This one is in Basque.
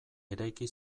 eraiki